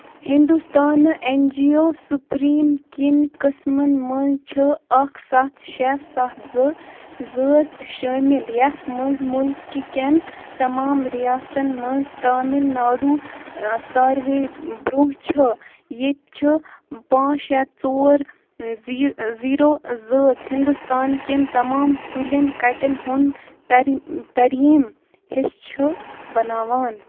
ہِنٛدوستانہٕ اٮ۪ن جی او سُپریٖم کٮ۪ن قٕسمن منٛز چھُ اکھ سَتھ شیٚے سَتھ زٕ ذٲژٕ شٲمِل یَتھ منٛز مُلکہٕ کٮ۪ن تمام رِیاستن منٛز تامِل ناڈوٗ ساروٕے برٛونٛہہ چھُ ییٚتہِ چھُ پانٛژھ شیٚے ژور زِ زیٖرو ذٲژٕ ہِنٛدوستان کٮ۪ن تمام کُلٮ۪ن کَٹٮ۪ن ہُنٛد تریم ترٛہیٖم حِصہٕ چھُ بناوان